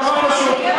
נורא פשוט.